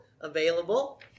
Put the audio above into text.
available